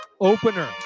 opener